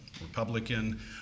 Republican